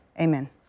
amen